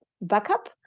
backup